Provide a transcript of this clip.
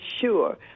sure